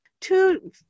two